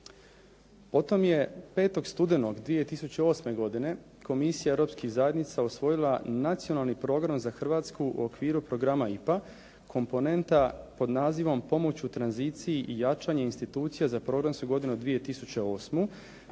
Potom je 5. studenog 2008. godine Komisija europskih zajednica usvojila Nacionalni program za Hrvatsku u okviru programa IPA komponenta pod nazivom "Pomoć u tranziciji i jačanje institucija za programsku godinu 2008.".